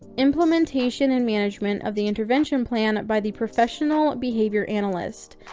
implementation and management of the intervention plan by the professional behavior analyst,